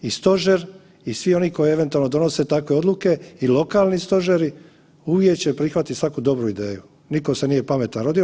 I stožer i svi oni koji eventualno donose takve odluke i lokalni stožeri uvijek će prihvatiti svaku dobru ideju, nitko se nije pametan rodio.